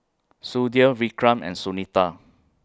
Sudhir Vikram and Sunita